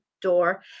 door